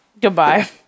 Goodbye